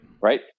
Right